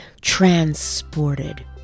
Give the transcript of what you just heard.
Transported